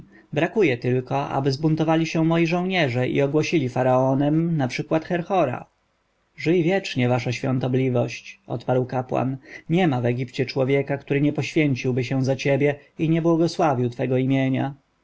brakuje tylko aby zbuntowali się moi żołnierze i ogłosili faraonem naprzykład herhora żyj wiecznie wasza świątobliwość odparł kapłan niema w egipcie człowieka który nie poświęciłby się za ciebie i nie błogosławił twego imienia